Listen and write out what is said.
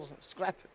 scrap